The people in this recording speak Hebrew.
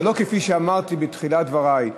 אבל לא כפי שאמרתי בתחילת דברי,